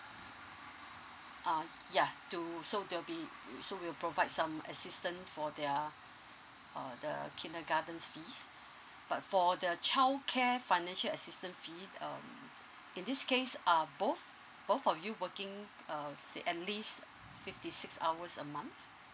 uh yeah to so there'll be so we'll provide some assistance for their uh the kindergarten fees but for the childcare financial assistance fee um in this case are both both of you working uh let's say at least fifty six hours a month